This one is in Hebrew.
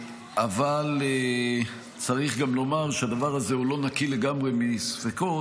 אבל צריך גם לומר שהדבר הזה הוא לא נקי לגמרי מספקות,